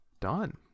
done